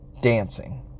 dancing